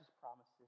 promises